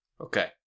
Okay